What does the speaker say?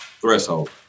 threshold